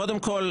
קודם כל,